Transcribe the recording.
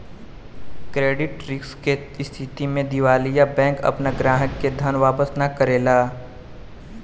credit risk के स्थिति में दिवालिया बैंक आपना ग्राहक के धन वापस ना करेला